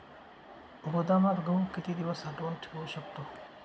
गोदामात गहू किती दिवस साठवून ठेवू शकतो?